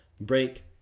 break